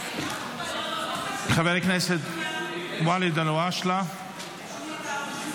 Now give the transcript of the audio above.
חבר הכנסת ואליד אלהואשלה, חמש דקות